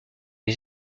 les